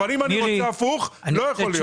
אבל אם אני רוצה הפוך זה לא יכול להיות.